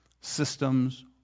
systems